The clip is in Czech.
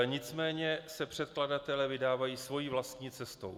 Nicméně se předkladatelé vydávají svou vlastní cestou.